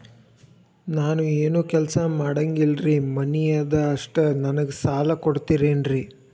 ನಾನು ಏನು ಕೆಲಸ ಮಾಡಂಗಿಲ್ರಿ ಮನಿ ಅದ ಅಷ್ಟ ನನಗೆ ಸಾಲ ಕೊಡ್ತಿರೇನ್ರಿ?